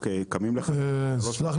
אני